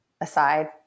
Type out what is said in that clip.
aside